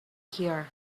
here